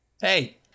Hey